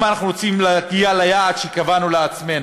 אם אנחנו רוצים להגיע ליעד שקבענו לעצמנו,